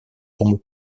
tombe